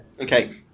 Okay